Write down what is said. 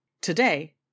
Today